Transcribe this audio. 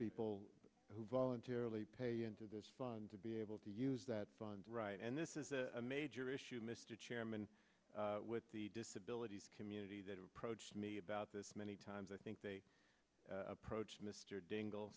people who voluntarily pay into this fund to be able to use that fund right and this is a major issue mr chairman with the disability community that approached me about this many times i think they approach mr ding